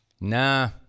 Nah